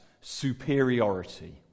superiority